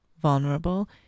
vulnerable